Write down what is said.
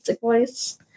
voice